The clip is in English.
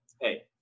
hey